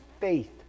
faith